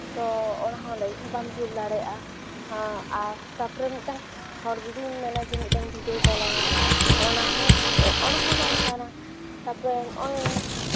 ᱛᱚ ᱚᱱᱟᱦᱚᱸ ᱞᱟᱹᱭᱤᱴ ᱦᱚᱸ ᱵᱟᱢ ᱡᱩᱞ ᱫᱟᱲᱮᱭᱟᱜᱼᱟ ᱟᱨ ᱛᱟᱨᱯᱚᱨᱮ ᱢᱤᱫᱴᱟᱝ ᱦᱚᱲ ᱡᱩᱫᱤᱢ ᱞᱟᱹᱭᱟ ᱢᱤᱫ ᱫᱷᱟᱣ ᱵᱷᱤᱰᱭᱳ ᱠᱚᱞ ᱟᱭᱟ ᱚᱱᱟᱦᱚᱸ ᱚᱱᱟᱦᱚᱸ ᱵᱟᱢ ᱜᱟᱱᱟ ᱛᱟᱨᱯᱚᱨᱮ ᱱᱚᱜᱼᱚᱭ